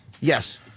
Yes